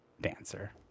Dancer